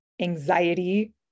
anxiety